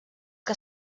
que